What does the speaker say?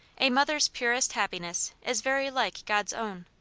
a mother's purest happiness is very like god's own.